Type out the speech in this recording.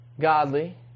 godly